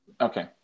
Okay